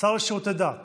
לשירותי דת